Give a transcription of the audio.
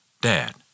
Dad